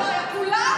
כולנו שמענו.